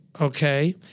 okay